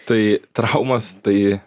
tai traumos tai